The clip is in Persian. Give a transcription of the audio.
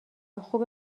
خوبه